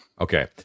Okay